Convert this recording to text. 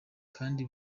kandi